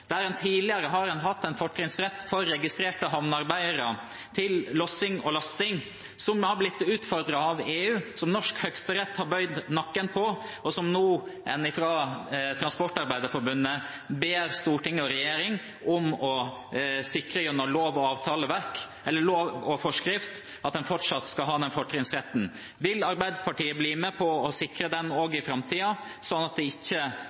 der en tidligere har hatt en fortrinnsrett for registrerte havnearbeidere til lossing og lasting, men som har blitt utfordret av EU, og som norsk høyesterett har bøyd nakken for. Nå ber Norsk Transportarbeiderforbund storting og regjering om å sikre gjennom lov og forskrift at en fortsatt skal ha den fortrinnsretten. Vil Arbeiderpartiet bli med på å sikre den også i framtiden, slik at det ikke